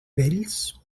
vells